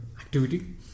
activity